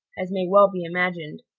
as may well be imagined.